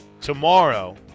tomorrow